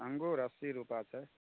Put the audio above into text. अङ्गुर अस्सी रूपआ छै